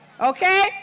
Okay